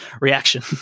reaction